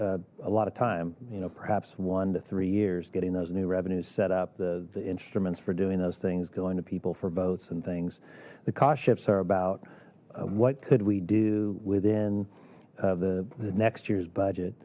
take a lot of time you know perhaps one to three years getting those new revenues set up the the instruments for doing those things going to people for votes and things the cost ships are about what could we do within the next year's budget